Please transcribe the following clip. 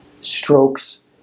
strokes